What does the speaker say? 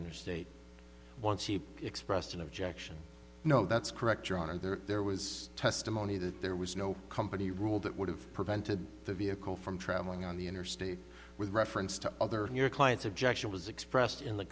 interstate once he expressed an objection no that's correct your honor there was testimony that there was no company rule that would have prevented the vehicle from traveling on the interstate with reference to other than your client's objection was expressed in the